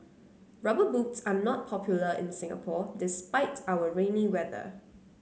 rubber boots are not popular in Singapore despite our rainy weather